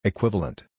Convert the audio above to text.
Equivalent